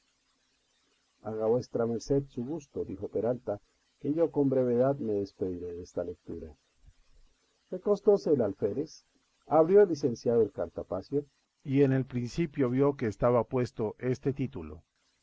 haga vuesa merced su gusto dijo peralta que yo con brevedad me despediré desta letura recostóse el alférez abrió el licenciado el cartapacio y en el principio vio que estaba puesto este título